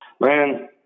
Man